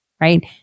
right